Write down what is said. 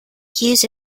use